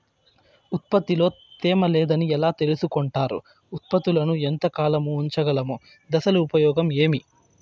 ఉత్పత్తి లో తేమ లేదని ఎలా తెలుసుకొంటారు ఉత్పత్తులను ఎంత కాలము ఉంచగలము దశలు ఉపయోగం ఏమి?